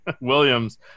Williams